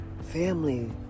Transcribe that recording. family